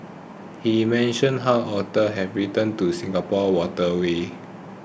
he mentions how otters have returned to Singapore's waterways